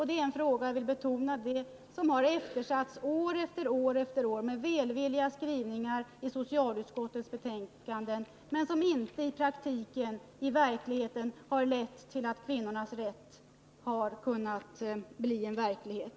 Det är en fråga — det vill jag betona — som har eftersatts år efter år, med välvilliga skrivningar i socialutskottets betänkanden, som inte lett till att kvinnornas rätt kunnat bli verklighet.